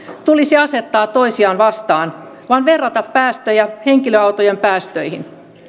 tulisi asettaa toisiaan vastaan vaan verrata päästöjä henkilöautojen päästöihin